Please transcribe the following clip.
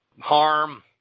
harm